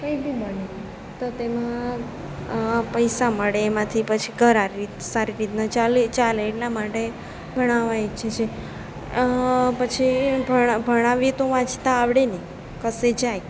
કંઈ બી બને તો તેમાં પૈસા મળે એમાંથી પછી ઘર સારી રીતના ચાલે એટલા માટે ભણાવવા ઈચ્છે છે પછી પણ ભણાવીએ તો વાંચતાં આવડે ને કશે જાય